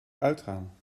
uitgaan